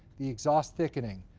the exhaust thickening.